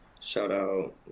Shout-out